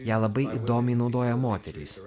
ją labai įdomiai naudoja moterys